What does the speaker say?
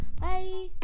bye